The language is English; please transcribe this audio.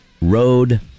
Road